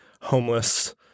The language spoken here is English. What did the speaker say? homeless